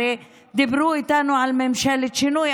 הרי דיברו איתנו על ממשלת שינוי,